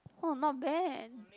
oh not bad